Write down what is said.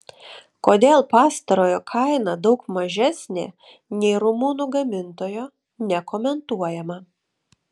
kodėl pastarojo kaina daug mažesnė nei rumunų gamintojo nekomentuojama